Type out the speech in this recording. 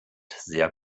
sehr